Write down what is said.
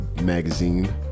magazine